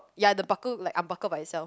ya the buckle like unbuckled by itself